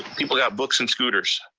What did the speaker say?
people have books and scooters.